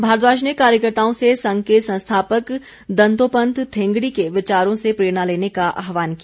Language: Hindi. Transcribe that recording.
भारद्वाज ने कार्यकर्ताओं से संघ के संस्थापक दंतोपंथ थेंगड़ी के विचारों से प्रेरणा लेने का आहवान किया